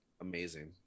amazing